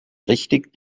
richtig